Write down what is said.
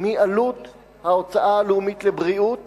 מעלות ההוצאה הלאומית על בריאות